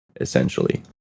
essentially